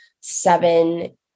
seven